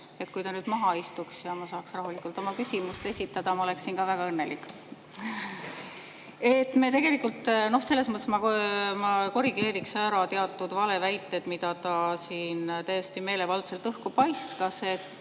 Kui ta nüüd maha istuks ja ma saaks rahulikult oma küsimust esitada, siis ma oleksin väga õnnelik. Ma tegelikult korrigeerin ära teatud valeväited, mida ta siin täiesti meelevaldselt õhku paiskas,